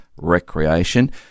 recreation